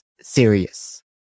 serious